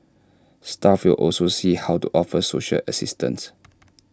staff will also see how to offer social assistance